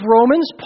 Romans